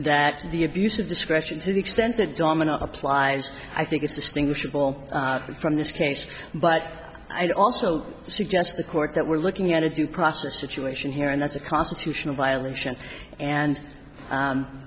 that the abuse of discretion to the extent that dominant applies i think is distinguishable from this case but i'd also suggest the court that we're looking at if you process situation here and that's a constitutional violation and